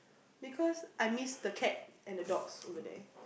because I miss the cat and the dogs over there